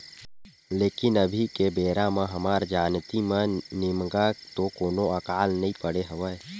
लेकिन अभी के बेरा म हमर जानती म निमगा तो कोनो अकाल नइ पड़े हवय